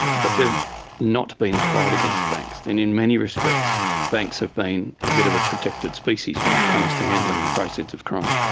but they've not been applied against banks, and in many respects banks have been a bit of a protected species when it comes to handling the proceeds of crime.